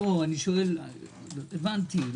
הבנתי.